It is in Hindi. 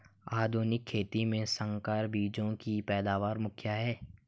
आधुनिक खेती में संकर बीजों की पैदावार मुख्य हैं